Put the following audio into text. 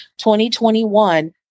2021